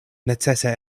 necese